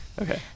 Okay